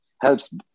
helps